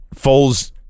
Foles